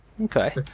okay